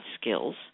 skills